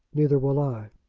neither will i.